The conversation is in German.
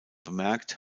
bemerkt